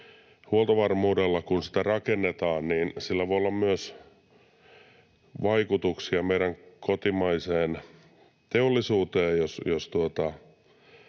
huoltovarmuudella, kun sitä rakennetaan, voi olla vaikutuksia myös meidän kotimaiseen teollisuuteen, jos